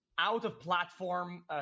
out-of-platform